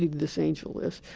this angel is,